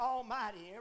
Almighty